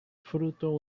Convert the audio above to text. fruto